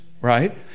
right